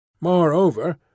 Moreover